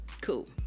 cool